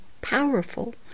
powerful